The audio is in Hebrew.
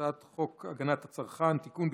הצעת חוק הגנת הצרכן (תיקון,